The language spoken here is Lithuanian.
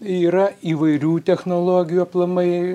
yra įvairių technologijų aplamai